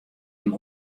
him